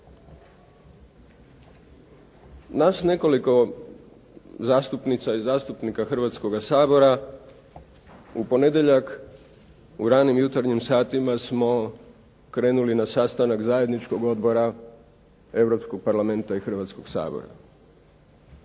Nas nekoliko zastupnica i zastupnika Hrvatskoga sabora u ponedjeljak u ranim jutarnjim satima smo krenuli na sastanak zajedničkog odbora Europskog parlamenta i Hrvatskoga sabora.